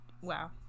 wow